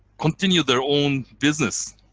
continue their own business.